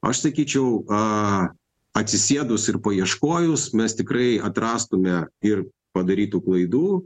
aš sakyčiau atsisėdus ir paieškojus mes tikrai atrastume ir padarytų klaidų